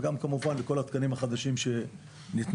וגם כמובן לכל התקנים החדשים שניתנו,